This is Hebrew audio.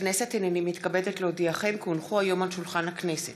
שולחן הכנסת,